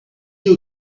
you